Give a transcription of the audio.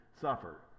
suffer